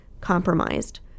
compromised